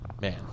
man